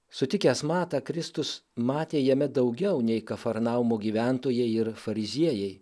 sutikęs matą kristus matė jame daugiau nei kafarnaumo gyventojai ir fariziejai